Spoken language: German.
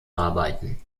arbeiten